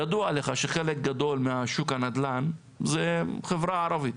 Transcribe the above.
ידוע לך שחלק גדול משוק הנדל"ן זה חברה ערבית,